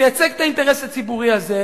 תייצג את האינטרס הציבורי הזה,